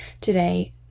today